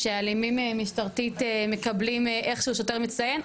שאלימים משטרתית מקבלים איך שהוא שוטר מצטיין,